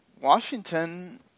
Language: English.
Washington